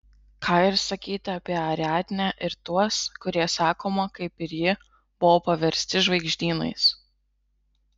ką ir sakyti apie ariadnę ir tuos kurie sakoma kaip ir ji buvo paversti žvaigždynais